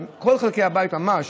ממש,